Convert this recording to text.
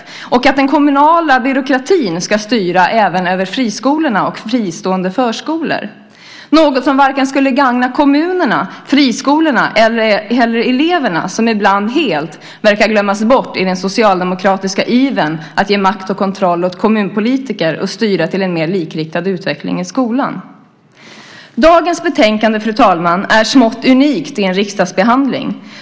De vill att den kommunala byråkratin ska styra även över friskolorna och fristående förskolor, något som varken skulle gagna kommunerna, friskolorna eller eleverna, som ibland helt verkar glömmas bort i den socialdemokratiska ivern att ge makt och kontroll åt kommunpolitiker och styra mot en mer likriktad utveckling i skolan. Dagens betänkande, fru talman, är smått unikt i en riksdagsbehandling.